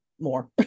more